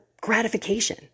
gratification